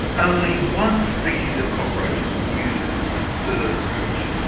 only one species of cockroach uses this third approach,